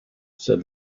said